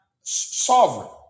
sovereign